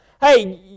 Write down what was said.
hey